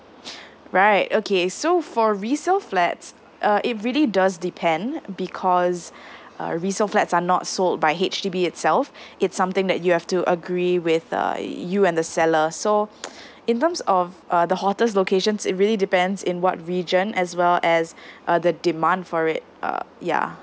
right okay so for resale flats uh it really does depend because uh resale flats are not sold by H_D_B itself it's something that you have to agree with uh you and the seller so in terms of uh the hottest locations it really depends in what region as well as uh the demand for it err yeah